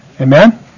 Amen